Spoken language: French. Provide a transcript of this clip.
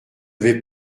vais